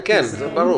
זה ברור.